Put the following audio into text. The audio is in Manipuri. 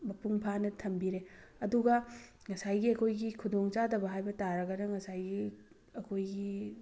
ꯃꯄꯨꯡ ꯐꯥꯅ ꯊꯝꯕꯤꯔꯦ ꯑꯗꯨꯒ ꯉꯁꯥꯏꯒꯤ ꯑꯩꯈꯣꯏꯒꯤ ꯈꯨꯗꯣꯡ ꯆꯥꯗꯕ ꯍꯥꯏꯕ ꯇꯥꯔꯒꯅ ꯉꯁꯥꯏꯒꯤ ꯑꯩꯈꯣꯏꯒꯤ